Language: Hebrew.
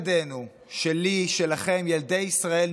ביום הזה, אבדה גדולה.